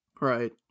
right